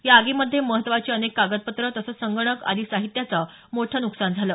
या आगीमध्ये महत्त्वाची अनेक कागदपत्रं तसंच संगणक आदी साहित्याचं मोठं नुकसान झालं